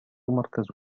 مركز